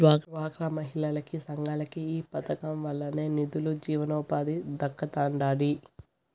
డ్వాక్రా మహిళలకి, సంఘాలకి ఈ పదకం వల్లనే నిదులు, జీవనోపాధి దక్కతండాడి